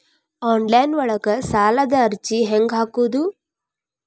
Online ಒಳಗ ಸಾಲದ ಅರ್ಜಿ ಹೆಂಗ್ ಹಾಕುವುದು?